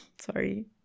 Sorry